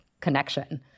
connection